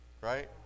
right